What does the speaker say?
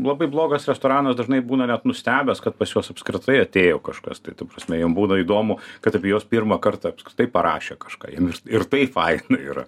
labai blogas restoranas dažnai būna net nustebęs kad pas juos apskritai atėjo kažkas tai ta prasme jiem būna įdomu kad apie juos pirmą kartą apskritai parašė kažką ir ir tai faina yra